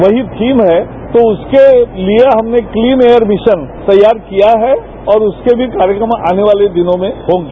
वही थीम है तो उसके लिए हमने क्लीन एयर मिशन तैयार किया है और उसके भी कार्यक्रम आने वाले दिनों में होंगे